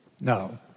No